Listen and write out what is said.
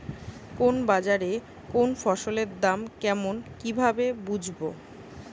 কোন বাজারে কোন ফসলের দাম কেমন কি ভাবে বুঝব?